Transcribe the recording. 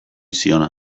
ziona